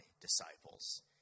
disciples